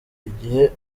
igihe